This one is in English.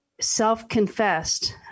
self-confessed